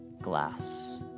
glass